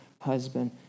husband